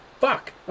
fuck